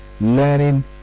learning